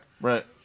right